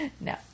No